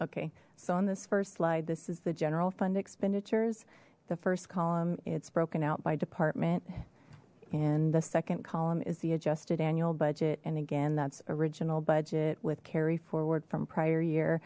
okay so on this first slide this is the general fund expenditures the first column it's broken out by department and the second column is the adjusted annual budget and again that's original budget with carry forward from prior year